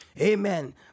Amen